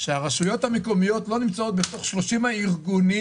שהרשויות המקומיות לא נמצאות בתוך 30 הארגונים